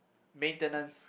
maintenance